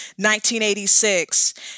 1986